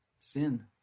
sin